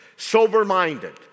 Sober-minded